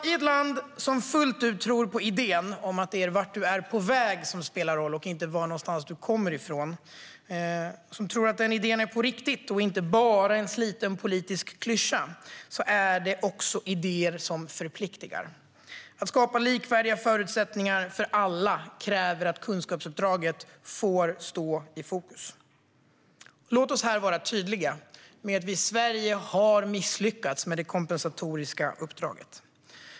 I ett land som fullt ut tror på idén att det är vart du är på väg som spelar roll och inte varifrån du kommer, som tror att den idén är på riktigt och inte bara en sliten politisk klyscha, är det en idé som förpliktar. Att skapa likvärdiga förutsättningar för alla kräver att kunskapsuppdraget får stå i fokus. Låt oss här vara tydliga med att vi i Sverige har misslyckats med det kompensatoriska uppdraget.